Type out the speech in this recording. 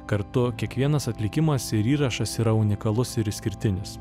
kartu kiekvienas atlikimas ir įrašas yra unikalus ir išskirtinis